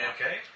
Okay